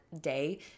day